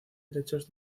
helechos